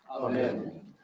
Amen